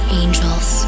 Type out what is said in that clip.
angels